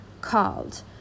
called